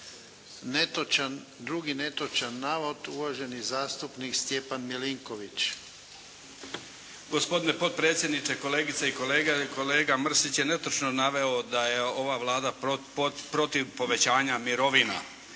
drugi netočan navod, uvaženi zastupnik Stjepan MIlinković. **Milinković, Stjepan (HDZ)** Gospodine potpredsjedniče, kolegice i kolege, kolega Mrsić je netočno naveo da je ova Vlada protiv povećanja mirovina.